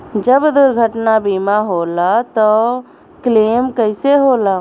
जब दुर्घटना बीमा होला त क्लेम कईसे होला?